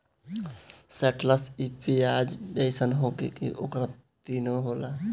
शैलटस इ पियाज जइसन होला बाकि इ ओकरो से तीत होला